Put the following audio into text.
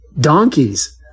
Donkeys